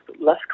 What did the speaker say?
less